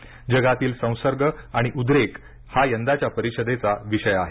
जगातील संसर्ग आणि उद्रेक हा यंदाच्या परिषदेचा विषय आहे